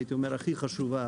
הייתי אומר שהכי חשובה,